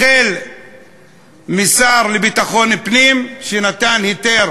החל מהשר לביטחון פנים שנתן היתר